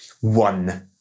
one